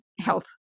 health